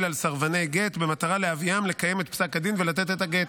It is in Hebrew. על סרבני גט במטרה להביאם לקיים את פסק הדין ולתת את הגט.